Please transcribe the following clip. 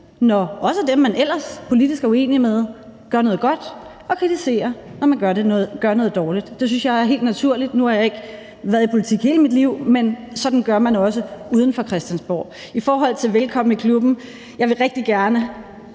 også dem, man ellers politisk er uenig med, når de gør noget godt, og kritisere dem, når de gør noget dårligt. Det synes jeg er helt naturligt. Nu har jeg ikke været i politik hele mit liv, men sådan gør man også uden for Christiansborg. I forhold til at sige velkommen i klubben vil jeg rigtig gerne